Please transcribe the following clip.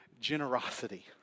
generosity